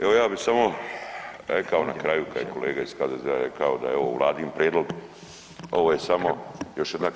Evo ja bi samo rekao na kraju kad je kolega iz HDZ-a rekao da je ovo Vladin prijedlog, ovo je samo još jedna